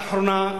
לאחרונה,